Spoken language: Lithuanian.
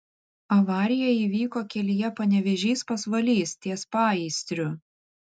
avarija įvyko kelyje panevėžys pasvalys ties paįstriu